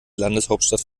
landeshauptstadt